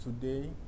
today